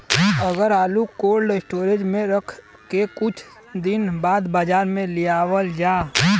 अगर आलू cold storage में रख के कुछ दिन बाद बाजार में लियावल जा?